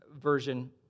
version